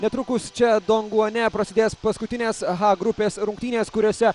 netrukus čia donguane prasidės paskutinės h grupės rungtynės kuriose